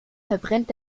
verbrennt